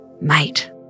Mate